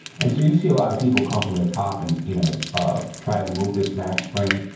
and so, you see a lot of people come from the top, and you know ah try to move this mag spring